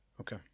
Okay